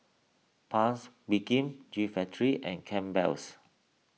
Paik's Bibim G Factory and Campbell's